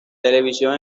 televisión